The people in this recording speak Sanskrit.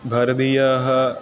भारतीयाः